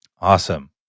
Awesome